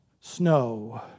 snow